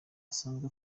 asanzwe